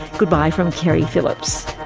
goodbye from keri phillips